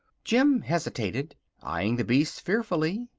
jim hesitated, eyeing the beasts fearfully.